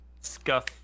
scuff